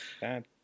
Bad